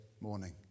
morning